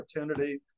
opportunity